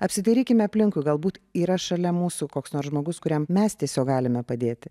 apsidairykime aplinkui galbūt yra šalia mūsų koks nors žmogus kuriam mes tiesiog galime padėti